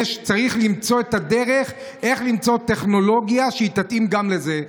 צריך למצוא את הדרך איך למצוא טכנולוגיה שתתאים גם לזה.